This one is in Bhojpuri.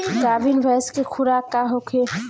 गाभिन भैंस के खुराक का होखे?